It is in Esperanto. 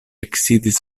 eksidis